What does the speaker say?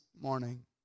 morning